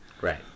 Right